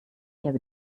habe